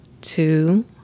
two